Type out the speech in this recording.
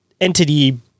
entity